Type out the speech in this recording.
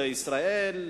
לישראל,